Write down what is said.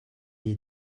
est